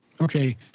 Okay